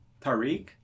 Tariq